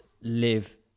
live